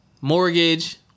mortgage